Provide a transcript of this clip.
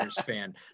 fan